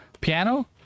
piano